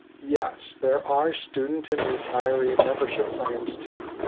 yes, there are student and retiree membership plans too.